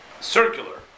circular